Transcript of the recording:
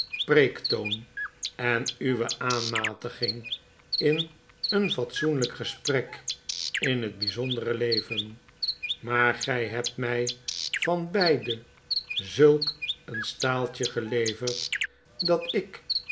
preektoon en uwe aanmatiging in een fatsoenlyk gesprek in het byzondere leven maargij hebt my van beiden zulk een staaltje geleverd dat ik